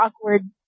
awkward